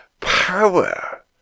Power